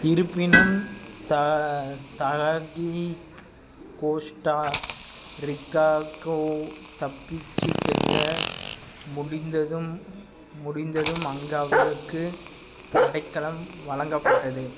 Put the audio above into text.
இருப்பினும் தா தாஹிக் கோஸ்டாரிக்காகோ தப்பித்து செல்ல முடிந்ததும் முடிந்ததும் அங்கே அவளுக்கு அடைக்கலம் வழங்கப்பட்டது